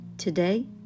today